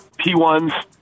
P1s